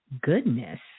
goodness